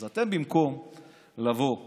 אז אתם, במקום לבוא ולסייע,